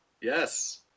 yes